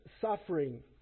suffering